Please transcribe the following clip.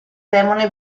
demone